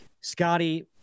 Scotty